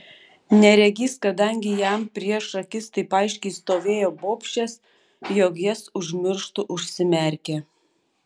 neregys kadangi jam prieš akis taip aiškiai stovėjo bobšės jog jas užmirštų užsimerkė